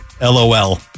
LOL